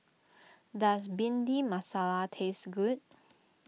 does Bhindi Masala taste good